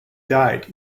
died